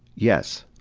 yes.